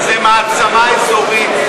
זו מעצמה אזורית,